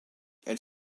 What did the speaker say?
elle